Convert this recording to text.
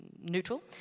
neutral